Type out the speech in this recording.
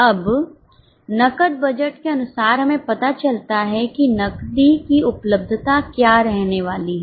अब नकद बजट के अनुसार हमें पता चलता है कि नकदी की उपलब्धता क्या रहने वाली है